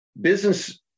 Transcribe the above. business